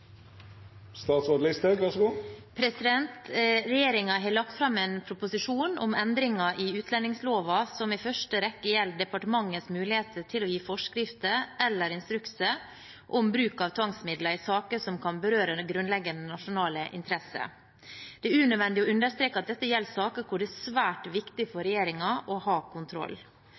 har lagt fram en proposisjon om endringer i utlendingsloven som i første rekke gjelder departementets muligheter til å gi forskrifter eller instrukser om bruk av tvangsmidler i saker som kan berøre grunnleggende nasjonale interesser. Det er unødvendig å understreke at dette gjelder saker hvor det er svært viktig for regjeringen å ha kontroll.